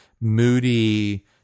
moody